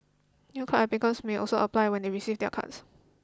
new card applicants may also apply when they receive their cards